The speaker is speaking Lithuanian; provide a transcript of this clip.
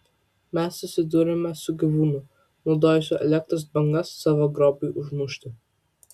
mes susidūrėme su gyvūnu naudojusiu elektros bangas savo grobiui užmušti